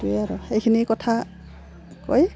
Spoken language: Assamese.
টোৱেই আৰু সেইখিনি কথা কৈ